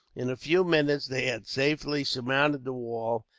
in a few minutes they had safely surmounted the wall,